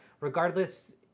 Regardless